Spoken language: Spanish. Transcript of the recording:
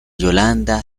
yolanda